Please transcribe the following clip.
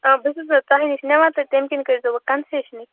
آ بہٕ چھَس نہٕ حظ تۄہہِ نِش نِوان تہِ تٔمۍ کِنۍ کٔرۍ زیو وٕ کَنٛسیشٕنٕے